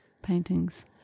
paintings